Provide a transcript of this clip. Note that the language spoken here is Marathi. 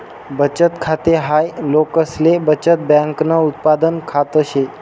बचत खाते हाय लोकसले बचत बँकन उत्पादन खात से